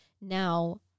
Now